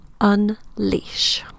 unleash